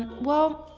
well,